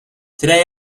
today